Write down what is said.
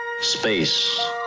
Space